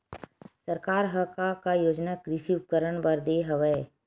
सरकार ह का का योजना कृषि उपकरण बर दे हवय?